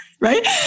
Right